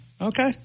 okay